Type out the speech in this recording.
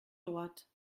droite